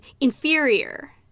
inferior